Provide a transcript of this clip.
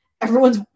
everyone's